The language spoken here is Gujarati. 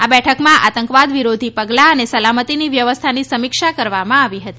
આ બેઠકમાં આતંકવાદ વિરોધી પગલાં અને સલામતીની વ્યવસ્થાની સમીક્ષા કરવામાં આવી હતી